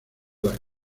las